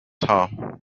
haar